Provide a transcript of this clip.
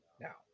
now